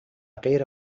غیر